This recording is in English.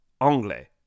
anglais